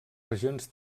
regions